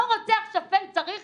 אותו רוצח שפל צריך